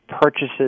purchases